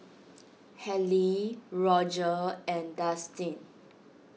Halle Roger and Dustin